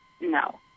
No